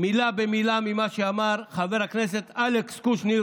מילה במילה ממה שאמר חבר הכנסת אלכס קושניר.